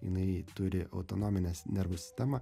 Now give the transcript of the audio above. jinai turi autonomines nervų sistemą